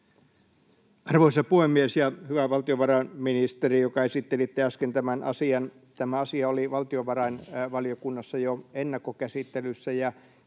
Arvoisa puhemies ja hyvä valtiovarainministeri, joka esittelitte äsken tämän asian! Tämä asia oli valtiovarainvaliokunnassa jo ennakkokäsittelyssä,